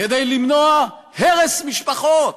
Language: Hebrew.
כדי למנוע הרס משפחות,